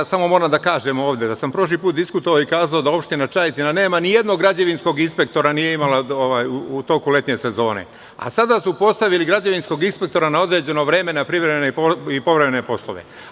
Samo moram da kažem ovde da sam prošli put diskutovao i kazao da opština Čajetina nijednog građevinskog inspektora nije imalau toku letnje sezone, a sada su postavili građevinskog inspektora na određeno vreme na privremene i povremene poslove.